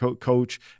coach